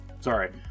Sorry